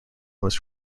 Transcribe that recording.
was